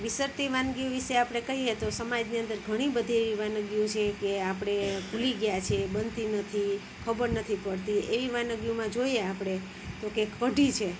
વિસરાતી વાનગીઓ વિષે આપણે કહીએ તો સમાજની અંદર ઘણીબધી એવી વાનગીઓ છે કે આપણે ભૂલી ગયાં છીએ બનતી નથી ખબર નથી પડતી એવી વાનગીઓમાં જોઈએ આપણે તો કહે કઢી છે